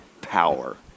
power